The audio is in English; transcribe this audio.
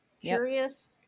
Curious